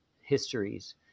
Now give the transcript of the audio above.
histories